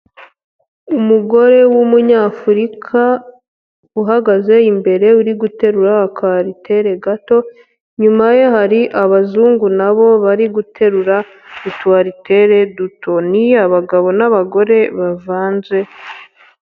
Umugore w'umunyafurika, uhagaze imbere uri guterura akaritere gato, nyuma ye hari abazungu na bo bari guterura utu aritere duto. Ni abagabo n'abagore bavanze...